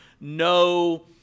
no